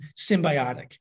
symbiotic